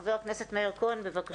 חבר הכנסת מאיר כהן, בבקשה.